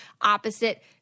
opposite